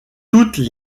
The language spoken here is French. toutes